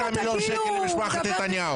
חוק 5 מיליון שקל למשפחת נתניהו.